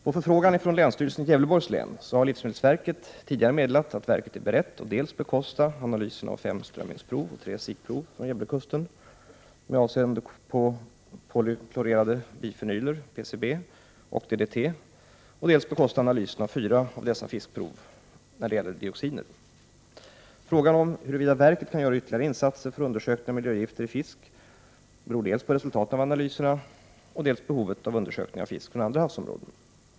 På förfrågan från länsstyrelsen i Gävleborgs län har livsmedelsverket tidigare meddelat att verket är berett att dels bekosta analysen av fem strömmingsprov och tre sikprov från Gävlekusten med avseende på polyklorerade bifenyler och DDT, dels bekosta analysen av fyra av dessa fiskprov med avseende på dioxiner. Frågan om huruvida verket kan göra ytterligare insatser för undersökning av miljögifter i fisk beror på dels resultaten av analyserna, dels behovet av undersökning av fisk från andra havsområden.